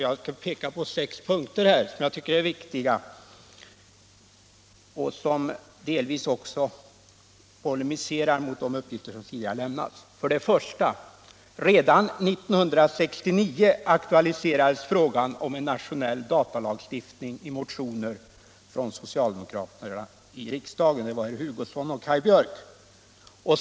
Jag skall visa på sex punkter som jag tycker är viktiga i detta avseende och som polemiserar mot de uppgifter som tidigare lämnats. 3.